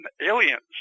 aliens